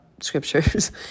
scriptures